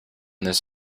this